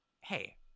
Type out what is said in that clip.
Hey